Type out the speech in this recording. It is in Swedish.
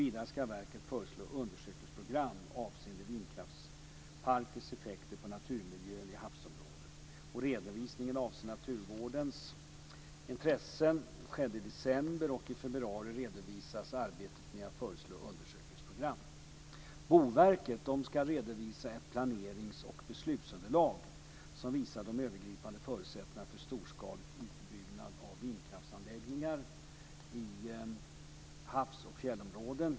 Vidare ska verket föreslå undersökningsprogram avseende vindkraftsparkers effekter på naturmiljön i havsområden. Redovisningen avser naturvårdens intressen. Det skedde i december. I februari redovisas arbetet med att föreslå undersökningsprogram. Boverket ska redovisa ett planerings och beslutsunderlag som visar de övergripande förutsättningarna för storskalig utbyggnad av vindkraftsanläggningar i havs och fjällområden.